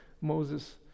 Moses